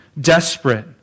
desperate